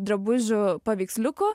drabužių paveiksliukų